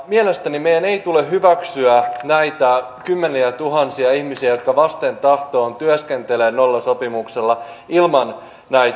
mielestäni meidän ei tule hyväksyä näitä kymmeniätuhansia ihmisiä jotka vasten tahtoaan työskentelevät nollasopimuksella ilman